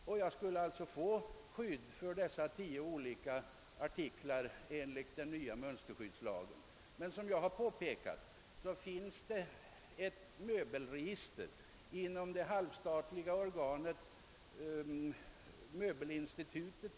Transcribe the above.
Jag skulle alltså enligt den nya mönsterskyddslagen få skydd godkänt för dessa tio artiklar. | Såsom jag emellertid påpekat finns det ett möbelregister inom det statligt understödda Möbelinstitutet.